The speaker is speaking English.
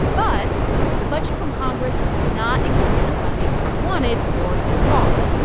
but the budget from congress did not include the funding trump wanted for his wall.